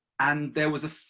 and there was a,